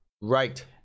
right